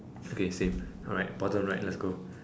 okay same alright bottom right let's go